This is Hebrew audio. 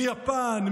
מיפן,